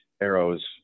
arrows